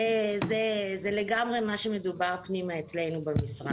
זה לגמרי מה שמדובר עליו פנימה אצלנו במשרד.